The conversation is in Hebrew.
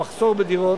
המחסור בדירות,